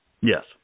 Yes